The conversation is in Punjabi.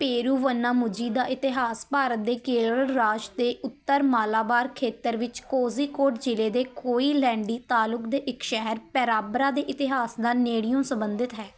ਪੇਰੂਵੰਨਾਮੁਝੀ ਦਾ ਇਤਿਹਾਸ ਭਾਰਤ ਦੇ ਕੇਰਲ ਰਾਜ ਦੇ ਉੱਤਰ ਮਾਲਾਬਾਰ ਖੇਤਰ ਵਿੱਚ ਕੋਜ਼ੀਕੋਡ ਜ਼ਿਲ੍ਹੇ ਦੇ ਕੋਈਲੈਂਡੀ ਤਾਲੁਕ ਦੇ ਇੱਕ ਸ਼ਹਿਰ ਪੇਰਾਂਬਰਾ ਦੇ ਇਤਿਹਾਸ ਨਾਲ ਨੇੜਿਓ ਸੰਬੰਧਿਤ ਹੈ